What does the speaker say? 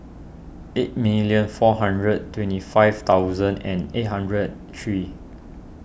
eight million four hundred twenty five thousand and eight hundred three